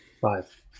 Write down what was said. five